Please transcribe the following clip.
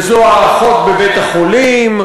וזו האחות בבית-החולים,